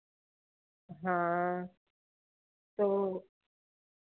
हाँ तो